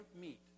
meet